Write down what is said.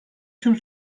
tüm